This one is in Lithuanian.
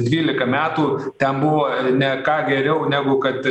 dvylika metų ten buvo ne ką geriau negu kad